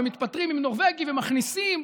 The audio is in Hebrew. מתפטרים עם נורבגי ומכניסים,